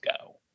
go